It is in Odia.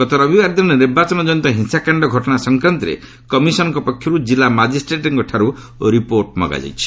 ଗତ ରବିବାର ଦିନ ନିର୍ବାଚନ ଜନିତ ହିଂସାକାଣ୍ଡ ଘଟଣା ସଂକ୍ରାନ୍ତରେ କମିଶନଙ୍କ ପକ୍ଷରୁ ଜିଲ୍ଲା ମାଜିଷ୍ଟ୍ରେଟ୍ଙ୍କଠାରୁ ରିପୋର୍ଟ ମଗାଯାଇଛି